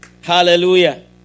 Hallelujah